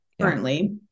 currently